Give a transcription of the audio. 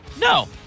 No